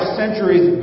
centuries